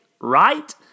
right